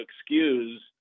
excuse